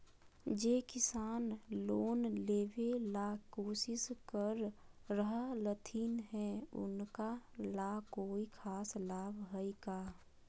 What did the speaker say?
जे किसान लोन लेबे ला कोसिस कर रहलथिन हे उनका ला कोई खास लाभ हइ का?